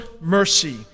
mercy